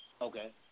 Okay